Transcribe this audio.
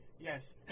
yes